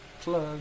Plug